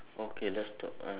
okay let's talk uh